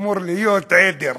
אמור להיות עדר,